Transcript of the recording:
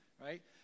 right